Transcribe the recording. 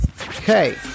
Okay